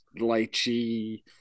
lychee